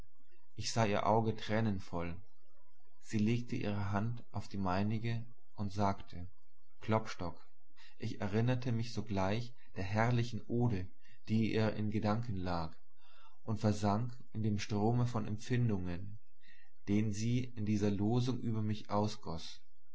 ich sah ihr auge tränenvoll sie legte ihre hand auf die meinige und sagte klopstock ich erinnerte mich sogleich der herrlichen ode die ihr in gedanken lag und versank in dem strome von empfindungen den sie in dieser losung über mich ausgoß